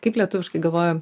kaip lietuviškai galvoju